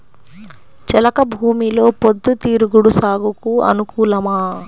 చెలక భూమిలో పొద్దు తిరుగుడు సాగుకు అనుకూలమా?